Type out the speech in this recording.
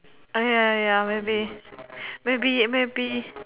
uh ya ya ya maybe maybe maybe